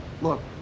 look